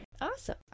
awesome